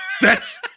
thats